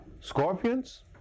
Scorpions